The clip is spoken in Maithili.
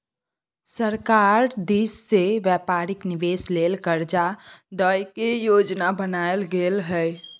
सरकार दिश से व्यापारिक निवेश लेल कर्जा दइ के योजना बनाएल गेलइ हन